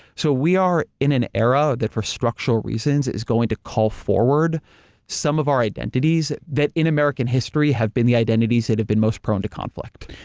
so we are in an era that, for structural reasons, is going to call forward some of our identities that that in american histories have been the identities that have been most prone to conflict.